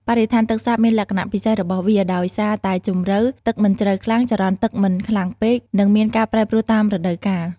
បរិស្ថានទឹកសាបមានលក្ខណៈពិសេសរបស់វា ដោយសារតែជម្រៅទឹកមិនជ្រៅខ្លាំង ចរន្តទឹកមិនខ្លាំងពេក និងមានការប្រែប្រួលតាមរដូវកាល។